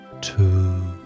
two